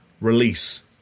release